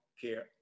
care